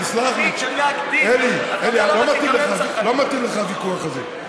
תסלח לי, אלי, אלי, לא מתאים לך הוויכוח הזה.